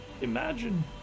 imagine